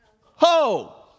Ho